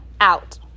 Out